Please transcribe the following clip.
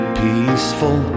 peaceful